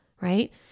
right